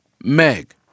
Meg